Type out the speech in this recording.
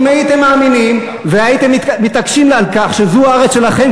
אם הייתם מאמינים והייתם מתעקשים על כך שזו הארץ שלכם,